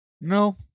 No